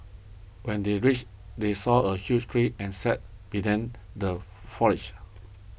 when they reached they saw a huge tree and sat be then the foliage